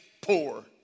poor